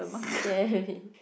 scare me